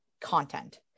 content